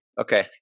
Okay